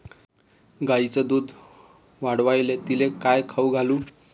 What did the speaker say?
गायीचं दुध वाढवायले तिले काय खाऊ घालू?